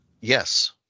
yes